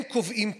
הם קובעים כך: